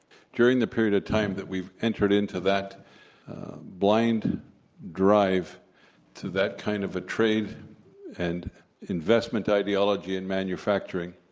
during the period of time that we've entered into that blind drive to that kind of a trade and investment ideology and manufacturing,